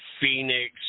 Phoenix